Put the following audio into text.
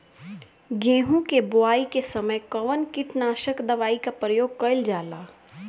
गेहूं के बोआई के समय कवन किटनाशक दवाई का प्रयोग कइल जा ला?